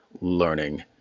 learning